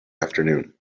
afternoon